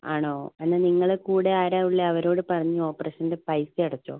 ആണോ എന്നാൽ നിങ്ങളുടെ കൂടെ ആരാ ഉള്ളത് അവരോട് പറഞ്ഞ് ഓപ്പറേഷൻ്റെ പൈസ അടച്ചോ